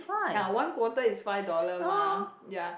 ya one quarter is five dollar mah ya